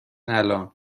الان